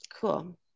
cool